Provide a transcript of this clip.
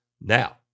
Now